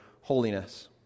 holiness